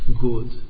good